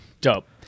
Dope